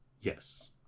Yes